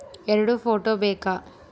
ಎರಡು ಫೋಟೋ ಬೇಕಾ?